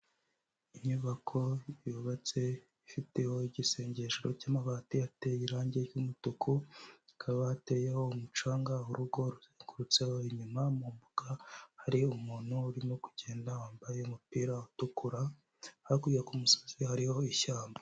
Inyubako yubatse ifiteho igisengesho cy'amabati ateye irangi ry'umutuku zikaba hateyeho umucanga urugo ruzengurutseho inyuma mu mbuga hariyo umuntu urimo kugenda wambaye umupira utukura hakurya kumusozi hariho ishyamba.